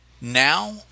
now